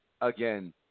again